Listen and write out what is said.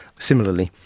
similarly.